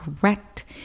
correct